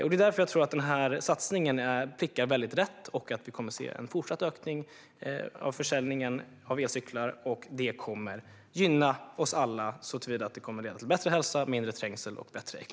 Därför tror jag att den här satsningen prickar rätt och att vi kommer att se en fortsatt ökning av försäljningen av elcyklar, vilket kommer att gynna oss alla såtillvida att det kommer att leda till bättre hälsa, mindre trängsel och bättre ekonomi.